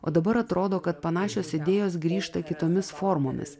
o dabar atrodo kad panašios idėjos grįžta kitomis formomis